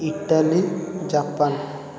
Italy Japan